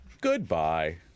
Goodbye